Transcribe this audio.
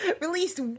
released